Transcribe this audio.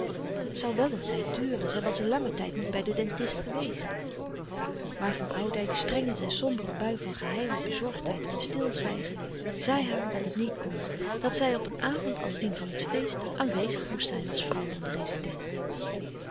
het zoû wel een tijd duren zij was in langen tijd niet bij den dentist geweest maar van oudijck streng in zijn sombere bui van geheime bezorgdheid en stilzwijgen zei haar dat het niet kon dat zij op een avond als dien van het feest aanwezig moest zijn als vrouw van den rezident